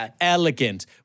Elegant